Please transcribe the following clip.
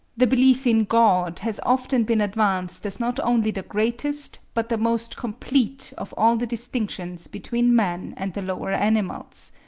the belief in god has often been advanced as not only the greatest, but the most complete of all the distinctions between man and the lower animals.